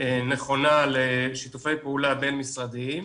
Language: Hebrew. נכונה לשיתופי פעולה בין-משרדיים.